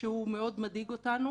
שמאוד מדאיג אותנו